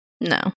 No